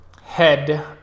head